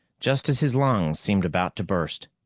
just as his lungs seemed about to burst.